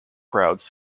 crowds